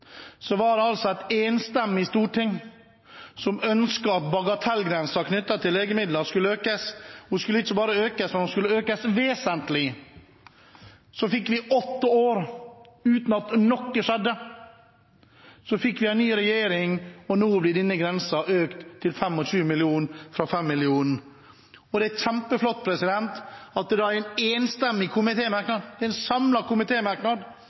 Så gikk det åtte år uten at noe skjedde. Så fikk vi en ny regjering, og nå blir denne grensen økt til 25 mill. kr, fra 5 mill. kr. Og det er kjempeflott at det er en enstemmig komité, en